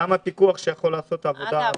גם הפיקוח שיכול לעשות את העבודה.